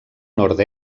nord